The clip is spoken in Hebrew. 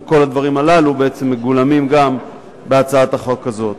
וכל הדברים האלה מגולמים גם בהצעת החוק הזאת.